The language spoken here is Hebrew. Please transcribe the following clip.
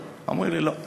אמרו לי: לא,